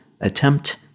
Attempt